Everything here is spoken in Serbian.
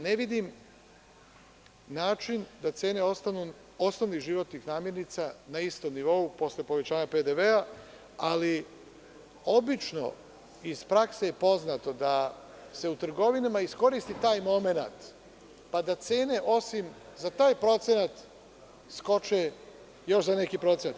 Ne vidim način da cene osnovnih životnih namirnica ostanu na istom nivou posle povećanja PDV, ali obično iz prakse je poznato da se u trgovinama iskoristi taj momenat, pa da cene, osim za taj procenat skoče još za neki procenat.